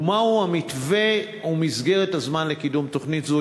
2. מה הוא המתווה או מסגרת הזמן לקידום תוכנית זו,